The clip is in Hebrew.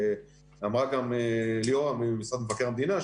אמרה גם ליאורה ממשרד מבקר המדינה,